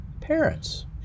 parents